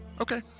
okay